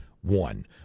one